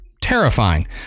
terrifying